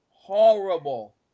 horrible